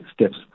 steps